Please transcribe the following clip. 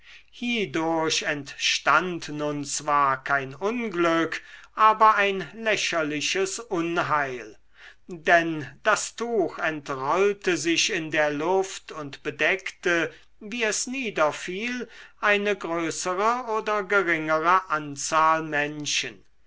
hiedurch entstand nun zwar kein unglück aber ein lächerliches unheil denn das tuch entrollte sich in der luft und bedeckte wie es niederfiel eine größere oder geringere anzahl menschen